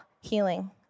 healing